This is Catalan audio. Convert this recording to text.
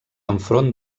enfront